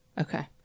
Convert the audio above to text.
Okay